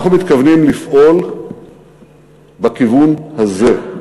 אנחנו מתכוונים לפעול בכיוון הזה,